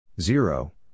Zero